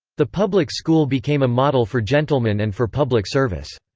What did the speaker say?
the public school became a model for gentlemen and for public service.